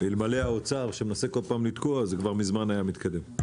אלמלא האוצר שמנסה כל פעם לתקוע זה מזמן היה מתקדם.